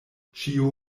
ĉio